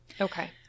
Okay